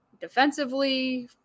defensively